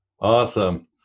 Awesome